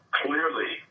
clearly